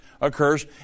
occurs